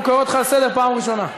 אני קורא אותך לסדר פעם ראשונה.